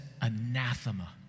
anathema